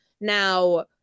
Now